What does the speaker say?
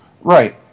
Right